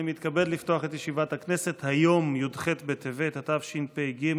היום י"ח בטבת התשפ"ג,